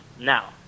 Now